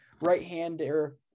right-hander